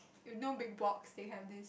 if no Bigbox they have this